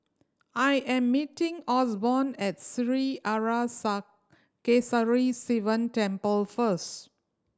I am meeting Osborne at Sri Arasakesari Sivan Temple first